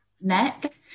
neck